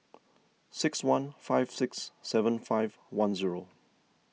six one five six seven five one zero